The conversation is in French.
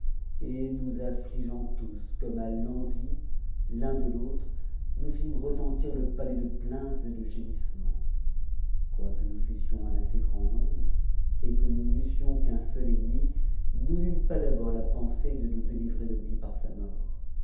et nous aflligeant tous comme à t'envi m de l'autre nous fîmes retentir le palais de plaintes et de gé ssements quoique nous fussions en assez grand nombre et que nous n'eussions qu'un seul ennemi nous n'eûmes pas d'abord la pensée nous délivrer de lui par sa mort